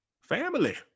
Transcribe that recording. Family